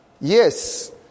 Yes